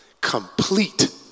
complete